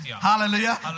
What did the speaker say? Hallelujah